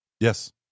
Yes